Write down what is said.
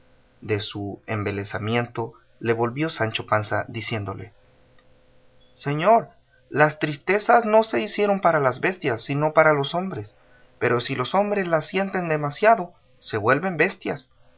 de su embelesamiento le volvió sancho panza diciéndole señor las tristezas no se hicieron para las bestias sino para los hombres pero si los hombres las sienten demasiado se vuelven bestias